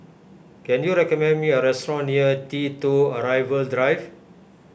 can you recommend me a restaurant near T two Arrival Drive